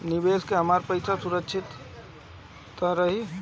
निवेश में हमार पईसा सुरक्षित त रही?